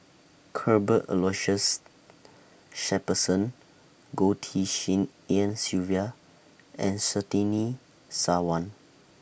Cuthbert Aloysius Shepherdson Goh Tshin En Sylvia and Surtini Sarwan